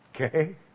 okay